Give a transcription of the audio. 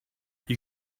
they